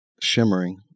shimmering